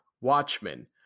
Watchmen